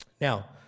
Now